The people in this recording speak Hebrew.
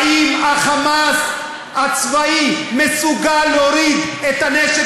האם ה"חמאס" הצבאי מסוגל להוריד את הנשק